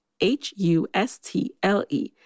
H-U-S-T-L-E